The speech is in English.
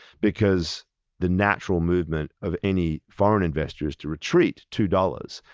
because the natural movement of any foreign investor is to retreat to dollars.